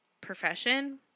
profession